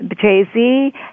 Jay-Z